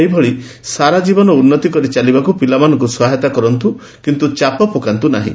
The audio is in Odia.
ସେହିଭଳି ସାରାଜୀବନ ଉନୁତି କରି ଚାଲିବାକୁ ପିଲାମାନଙ୍ଙ ସହାୟତା କରନ୍ତୁ କିନ୍ତୁ ଚାପ ପକାନ୍ତୁ ନାହିଁ